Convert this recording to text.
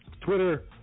Twitter